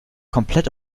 komplett